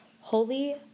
holy